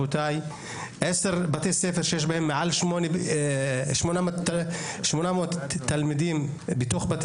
ב-10 מהם יש מעל 800 תלמידים.